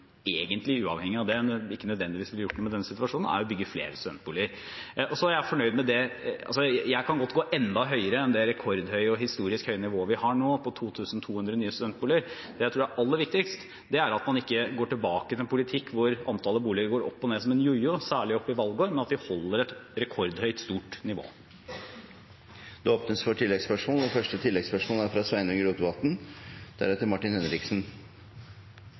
egentlig uavhengig av det ikke nødvendigvis ville gjort noe med denne situasjonen – er å bygge flere studentboliger. Jeg kan godt gå enda høyere enn det rekordhøye og historisk høye nivået vi har nå på 2 200 nye studentboliger. Det jeg tror er aller viktigst, er at man ikke går tilbake til en politikk hvor antallet boliger går opp og ned som en jojo, særlig i valgår, men at vi holder et rekordhøyt nivå. Det blir oppfølgingsspørsmål – først Sveinung Rotevatn. Eg synest det er